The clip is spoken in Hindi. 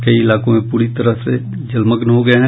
कई इलाके पूरी तरह से जलमग्न हो गए हैं